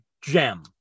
gem